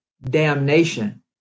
damnation